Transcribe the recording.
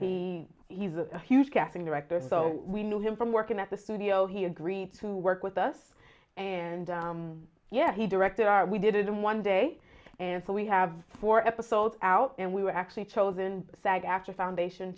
he he's a huge casting director so we knew him from working at the studio he agreed to work with us and yet he directed our we did it in one day and so we have four episodes out and we were actually chosen sag aftra foundation